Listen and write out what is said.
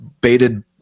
baited